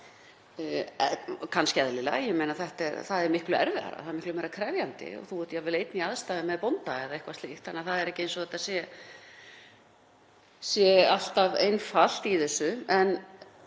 Kannski eðlilega, þetta er miklu erfiðara og miklu meira krefjandi og þú ert jafnvel einn í aðstæðum með bónda eða eitthvað slíkt, þannig að það er ekki eins og þetta sé alltaf einfalt. Í